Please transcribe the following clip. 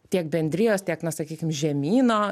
tiek bendrijos tiek na sakykim žemyno